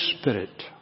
Spirit